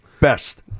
best